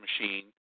machine